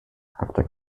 after